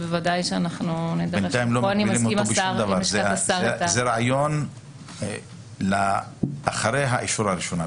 בוודאי שאנחנו --- זה רעיון לאחרי האישור הראשוני.